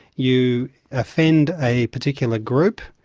you offend a particular group.